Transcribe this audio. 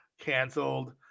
canceled